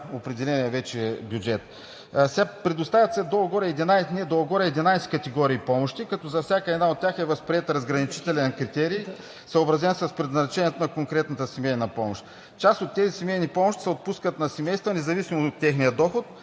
определения вече бюджет. Предоставят се долу-горе 11 дни, долу-горе 11 категории помощи, като за всяка една от тях е възприет разграничителен критерий, съобразен с предназначението на конкретната семейна помощ. Част от тези семейни помощи се отпускат на семейства независимо от техния доход,